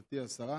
גברתי השרה,